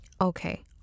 Okay